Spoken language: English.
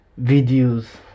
videos